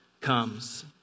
comes